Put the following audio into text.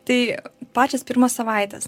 tai pačios pirmos savaitės